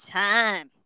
time